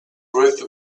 ruth